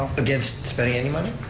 against spending any money?